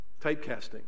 Typecasting